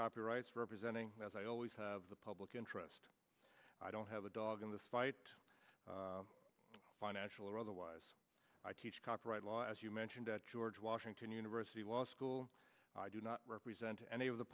copyrights representing as i always have the public interest i don't have a dog in this fight financial or otherwise i teach copyright law as you mentioned at george washington university law school i do not represent any of the